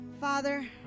Father